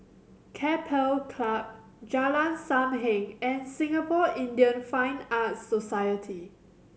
Keppel Club Jalan Sam Heng and Singapore Indian Fine Arts Society